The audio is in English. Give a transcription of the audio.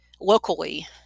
locally